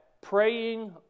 praying